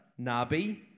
Nabi